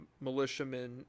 militiamen